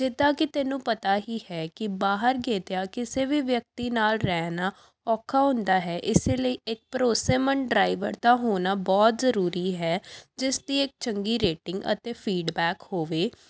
ਜਿੱਦਾਂ ਕਿ ਤੈਨੂੰ ਪਤਾ ਹੀ ਹੈ ਕਿ ਬਾਹਰ ਗੇਤਿਆ ਕਿਸੇ ਵੀ ਵਿਅਕਤੀ ਨਾਲ ਰਹਿਣਾ ਔਖਾ ਹੁੰਦਾ ਹੈ ਇਸੇ ਲਈ ਇੱਕ ਭਰੋਸੇਮੰਦ ਡਰਾਈਵਰ ਦਾ ਹੋਣਾ ਬਹੁਤ ਜ਼ਰੂਰੀ ਹੈ ਜਿਸ ਦੀ ਇੱਕ ਚੰਗੀ ਰੇਟਿੰਗ ਅਤੇ ਫੀਡਬੈਕ ਹੋਵੇ